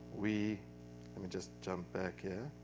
we let me just jump back here.